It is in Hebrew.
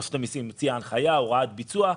רשות המיסים הוציאה הנחיה, הוראת ביצוע.